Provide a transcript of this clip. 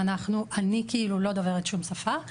אני לא דוברת שום שפה,